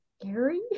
scary